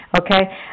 Okay